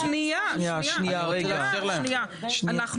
שרת החדשנות, המדע